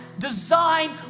design